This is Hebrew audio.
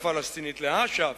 לאש"ף,